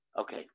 Okay